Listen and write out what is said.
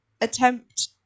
attempt